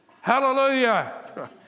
Hallelujah